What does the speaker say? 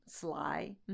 sly